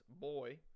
boy